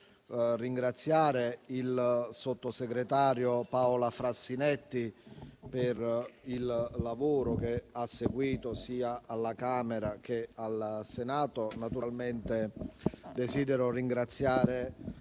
ringraziare il sottosegretario Paola Frassinetti per il lavoro che ha seguito sia alla Camera che al Senato. Naturalmente desidero ringraziare